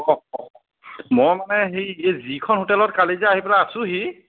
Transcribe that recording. অঁ মই মানে সেই এই যিখন হোটেলত কালি যে আহি পেলাই আছোঁহি